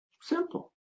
Simple